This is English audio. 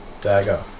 dagger